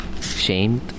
shamed